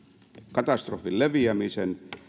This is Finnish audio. katastrofin leviämisen